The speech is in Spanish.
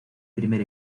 primer